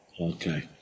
Okay